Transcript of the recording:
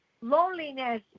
Loneliness